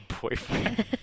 boyfriend